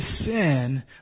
sin